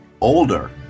older